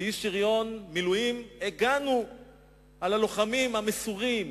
כאיש שריון, מילואים, הגנו על הלוחמים המסורים,